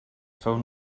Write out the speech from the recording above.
feu